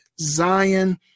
Zion